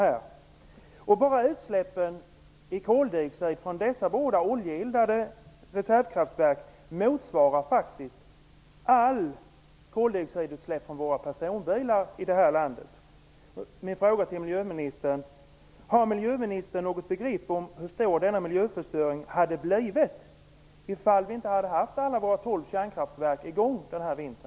Bara koldioxidutsläppen från dessa båda oljeeldade reservkraftverk motsvarar faktiskt allt koldioxidutsläpp från våra personbilar i det här landet. Min fråga till miljöministern är: Har miljöministern något begrepp om hur stor denna miljöförstöring hade blivit om vi inte hade haft alla våra tolv kärnkraftverk i gång denna vinter?